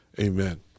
Amen